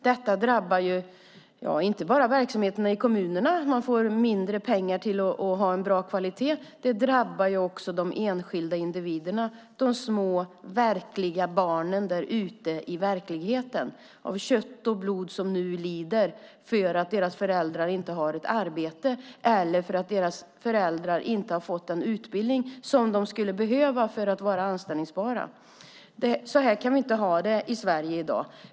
Detta drabbar inte bara verksamheterna i kommunerna - man får mindre pengar till att ha en bra kvalitet - utan det drabbar också de enskilda individerna, de små, verkliga barnen där ute i verkligheten som är av kött och blod och som nu lider för att deras föräldrar inte har ett arbete eller för att deras föräldrar inte har fått den utbildning som de skulle behöva för att vara anställningsbara. Så här kan vi inte ha det i Sverige i dag.